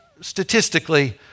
statistically